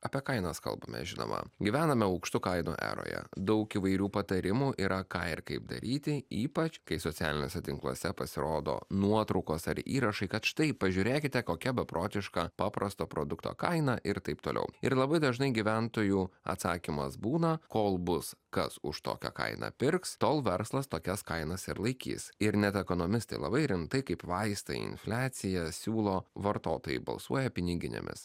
apie kainas kalbame žinoma gyvename aukštų kainų eroje daug įvairių patarimų yra ką ir kaip daryti ypač kai socialiniuose tinkluose pasirodo nuotraukos ar įrašai kad štai pažiūrėkite kokia beprotiška paprasto produkto kaina ir taip toliau ir labai dažnai gyventojų atsakymas būna kol bus kas už tokią kainą pirks tol verslas tokias kainas ir laikys ir net ekonomistai labai rimtai kaip vaistą infliaciją siūlo vartotojai balsuoja piniginėmis